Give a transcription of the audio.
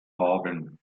haben